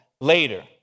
later